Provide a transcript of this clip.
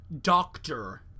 doctor